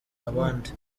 abandi